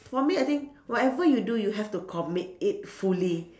for me I think whatever you do you have to commit it fully